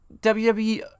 WWE